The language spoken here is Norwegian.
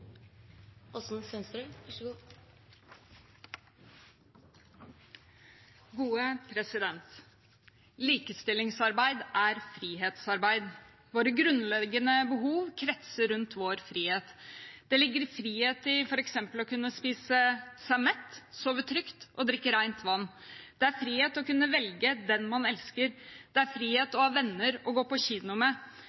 frihetsarbeid. Våre grunnleggende behov kretser rundt vår frihet. Det ligger frihet i f.eks. å kunne spise seg mett, sove trygt og drikke rent vann. Det er frihet å kunne velge den man elsker. Det er frihet